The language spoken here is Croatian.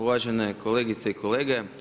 Uvažene kolegice i kolege.